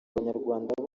abanyarwanda